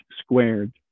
squared